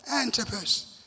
Antipas